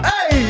Hey